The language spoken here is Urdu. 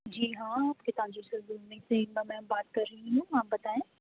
جی ہاں گیتانجلی سیلون میں سے ہیبا میم بات کر رہی ہوں آپ بتائیں